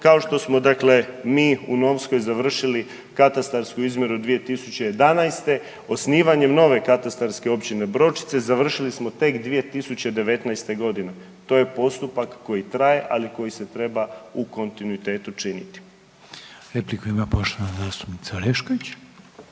kao što smo dakle, mi u Novskoj završili katastarsku izmjeru 2011. osnivanjem nove katastarske općine Bročice, završili smo tek 2019. g. To je postupak koji traje, ali koji se treba u kontinuitetu činiti. **Reiner, Željko (HDZ)** Repliku